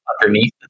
underneath